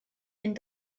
and